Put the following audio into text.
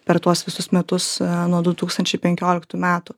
per tuos visus metus nuo du tūkstančiai penkioliktų metų